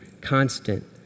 Constant